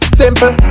simple